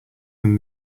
than